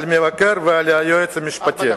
על מבקר ועל יועץ משפטי.